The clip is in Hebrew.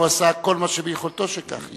הוא עשה את כל מה שביכולתו שכך יהיה.